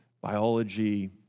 biology